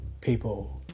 people